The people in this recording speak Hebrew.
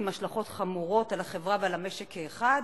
עם השלכות חמורות על החברה ועל המשק כאחד,